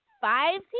five